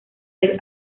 del